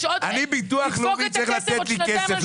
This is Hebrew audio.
--- הביטוח הלאומי צריך לתת לי כסף,